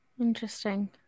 Interesting